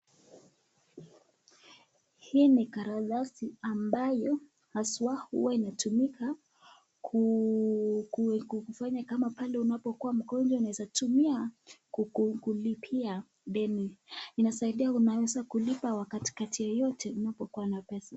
Hii ni karatasi ambayo haswa huwa inatumika ku ku kufanya kama pale unapokuwa mgonjwa unaweza tumia ku kulipia deni inasaidia unaweza kulipa wakatikati yoyote unapokuwa na pesa.